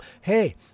Hey